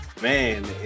man